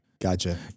gotcha